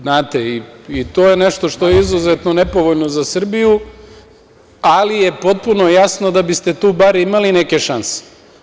Znate, i to je nešto što je izuzetno nepovoljno za Srbiju, ali je potpuno jasno da biste tu bar imali neke šanse.